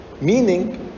Meaning